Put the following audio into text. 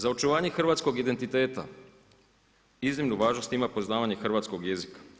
Za očuvanje hrvatskog identiteta iznimnu važnost ima poznavanje hrvatskog jezika.